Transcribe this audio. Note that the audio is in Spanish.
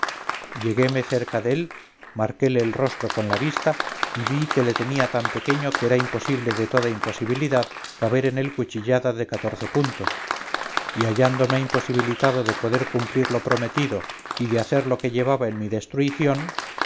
lleguéme cerca dél marquéle el rostro con la vista y vi que le tenía tan pequeño que era imposible de toda imposibilidad caber en él cuchillada de catorce puntos y hallándome imposibilitado de poder cumplir lo prometido y de hacer lo que llevaba en mi destruición